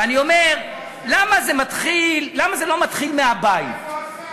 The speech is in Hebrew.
ואני אומר: למה זה לא מתחיל מהבית?